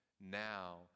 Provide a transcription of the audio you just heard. now